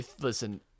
Listen